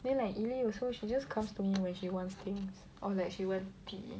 then like Eileen also she just comes to me when she wants things or like she wants tea